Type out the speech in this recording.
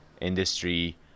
industry